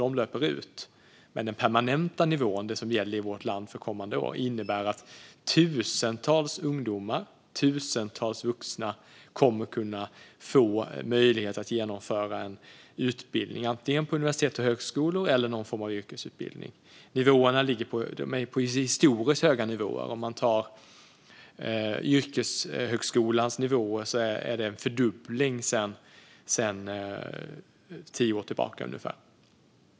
De löper ut. Men den permanenta nivån, som gäller i vårt land för kommande år, innebär att tusentals ungdomar och tusentals vuxna kommer att få möjlighet att genomföra en utbildning på universitet eller högskola eller någon form av yrkesutbildning. Det är historiskt höga nivåer. När det gäller yrkeshögskolan är det en fördubbling sedan tio år tillbaka ungefär.